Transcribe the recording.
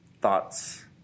Thoughts